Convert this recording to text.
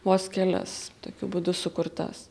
vos kelias tokiu būdu sukurtas